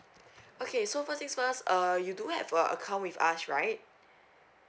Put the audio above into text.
okay so first things first uh you do have a account with us right